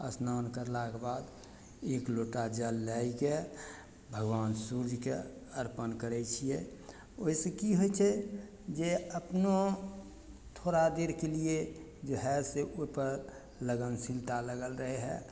स्नान करलाके बाद एक लोटा जल लएके भगवान सूर्यके अर्पण करय छियै ओइसँ की होइ छै जे अपनो थोड़ा देरके लिए जे है से ओइपर लगनशीलता लगल रहय है